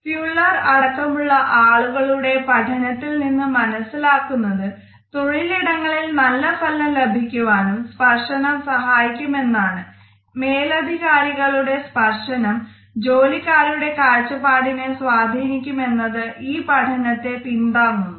Fuller അടക്കമുള്ള ആളുകളുടെ പഠനത്തിൽ നിന്നും മനസ്സിലാകുന്നത് തൊഴിലിടങ്ങളിൽ നല്ല ഫലം ലഭിക്കുവാനും സ്പർശനം സഹായിക്കും എന്നാണ് മേലധികാരികളുടെ സ്പർശനം ജോലിക്കാരുടെ കാഴ്ചപ്പാടിനെ സ്വാധീനിക്കും എന്നത് ഈ പഠനത്തെ പിന്താങ്ങുന്നു